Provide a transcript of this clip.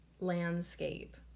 landscape